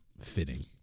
fitting